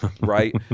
right